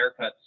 haircuts